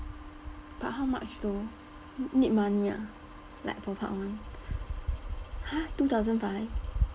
but how much though n~ need money ah like for part one !huh! two thousand five